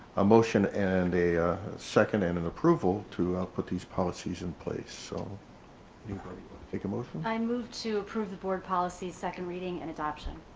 motion and a second and have and approval to put these policies in place. so you've already taken motion. i moved to approve the board policies second reading and adoption.